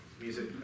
Music